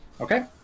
Okay